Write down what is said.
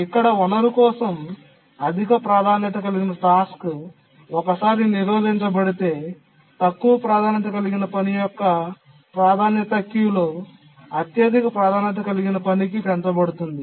ఇక్కడ వనరు కోసం అధిక ప్రాధాన్యత కలిగిన టాస్క్ ఒకసారి నిరోధించబడితే తక్కువ ప్రాధాన్యత కలిగిన పని యొక్క ప్రాధాన్యత క్యూలో అత్యధిక ప్రాధాన్యత కలిగిన పనికి పెంచబడుతుంది